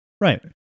Right